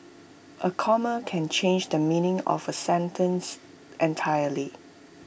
A comma can change the meaning of A sentence entirely